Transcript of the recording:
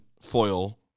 foil